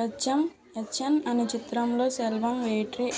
యచ్చం యచ్చన్ అను చిత్రంలో సెల్వంవేట్రి